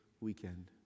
weekend